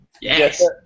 yes